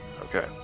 Okay